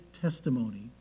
testimony